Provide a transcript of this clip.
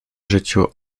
życiu